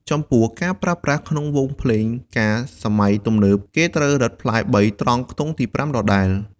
ចំពោះការប្រើប្រាស់ក្នុងវង់ភ្លេងការសម័យទំនើប គេត្រូវរឹតផ្លែ៣ ត្រង់ខ្ទង់ទី៥ ដដែល។